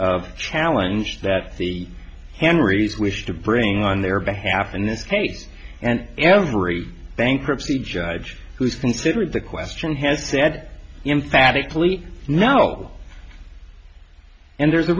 of challenge that the henrys wish to bring on their behalf and the state and every bankruptcy judge who's considered the question has said emphatically no and there's a